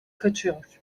kaçıyor